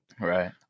Right